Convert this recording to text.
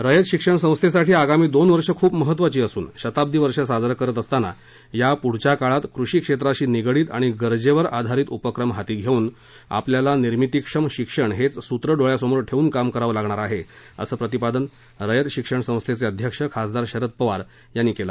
रयत शिक्षण संस्थेसाठी आगामी दोन वर्षे खूप महत्त्वाची असून शताब्दी वर्षे साजरं करत असताना यापुढील काळात कृषी क्षेत्राशी निगडित आणि गरजेवर आधारित उपक्रम हाती घेवून आपल्याला निर्मितीक्षम शिक्षण हेच सूत्र डोळ्यासमोर ठेवून काम करावं लागणार आहे असं प्रतिपादन रयत शिक्षण संस्थेचे अध्यक्ष खासदार शरद पवार यांनी केलं